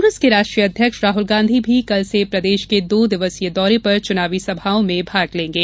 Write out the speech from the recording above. कांग्रेस के राष्ट्रीय अध्यक्ष राहुल गांधी भी कल से प्रदेश के दो दिवसीय दौरे पर चुनावी सभाओं में भाग लेंगे